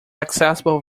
accessible